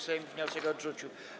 Sejm wniosek odrzucił.